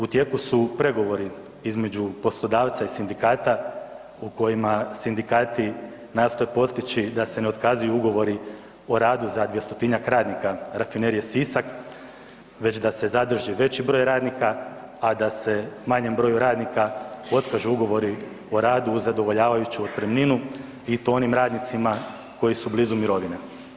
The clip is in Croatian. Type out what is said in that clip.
U tijeku su pregovori između poslodavca i sindikata u kojima sindikati nastoje postići da se ne otkazuju ugovori o radu za 200-njak radnika Rafinerije Sisak već da se zadrži veći broj radnika, a da se manjem broju radnika otkažu ugovori o radu uz zadovoljavajuću otpremninu i to onim radnicima koji su blizu mirovine.